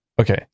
okay